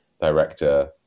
director